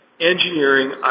engineering